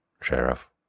Sheriff